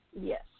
Yes